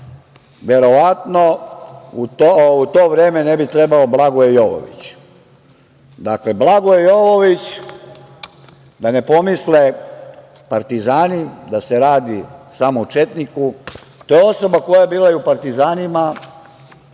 verovatno u to vreme ne bi trebao Blagoje Jovović. Dakle, Blagoje Jovović, da ne pomisle partizani da se radi samo o četniku, to je osoba koja je bila i u partizanima